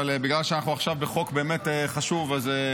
אבל בגלל שאנחנו עכשיו בחוק באמת חשוב זו